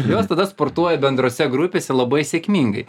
jos tada sportuoja bendrose grupėse labai sėkmingai